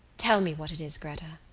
tell me what it is, gretta.